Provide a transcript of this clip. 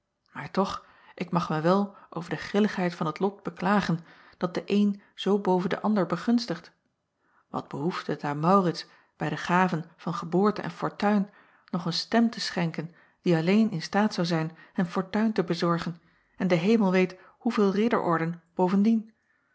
maar toch ik mag mij wel over de grilligheid van t lot beklagen dat den één zoo boven den ander begunstigt at behoefde het aan aurits bij de gaven van geboorte en fortuin nog een stem te schenken die alleen in staat zou zijn hem fortuin te bezorgen en de emel weet hoeveel ridderorden bovendien